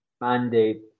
mandate